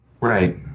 Right